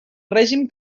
règim